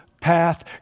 path